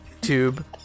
tube